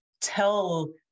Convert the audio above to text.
tell